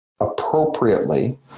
appropriately